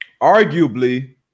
Arguably